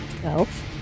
twelve